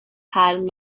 had